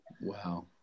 Wow